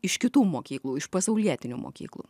iš kitų mokyklų iš pasaulietinių mokyklų